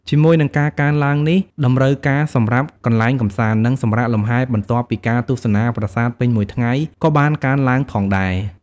ជាមួយនឹងការកើនឡើងនេះ តម្រូវការសម្រាប់កន្លែងកម្សាន្ត និងសម្រាកលំហែបន្ទាប់ពីការទស្សនាប្រាសាទពេញមួយថ្ងៃ ក៏បានកើនឡើងផងដែរ។